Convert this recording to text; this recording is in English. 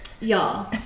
y'all